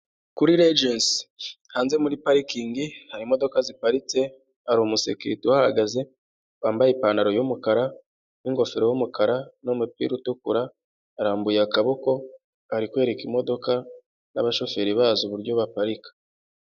Kuri regesi hanze muri parikingi hari imodoka ziparitse hari umusekerite uhagaze wambaye ipantaro y'umukara n'ingofero y'umukara, n'umupira utukura arambuye akaboko ari kwereka imodoka n'abashoferi bazo uburyo baparika.